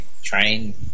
train